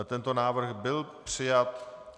Tento návrh byl přijat.